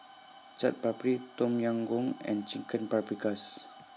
Chaat Papri Tom Yam Goong and Chicken Paprikas